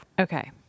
Okay